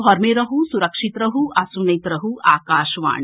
घर मे रहू सुरक्षित रहू आ सुनैत रहू आकाशवाणी